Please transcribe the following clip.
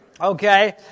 okay